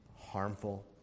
harmful